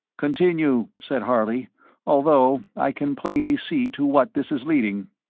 continue, said harley although i can plainly see to what this is leading.